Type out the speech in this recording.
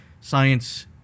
Science